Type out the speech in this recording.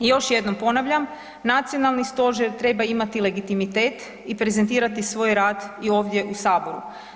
I još jednom ponavljam nacionalni stožer treba imati legitimitet i prezentirati svoj rad i ovdje u saboru.